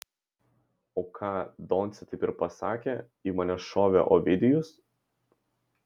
o ką doncė taip ir pasakė į mane šovė ovidijus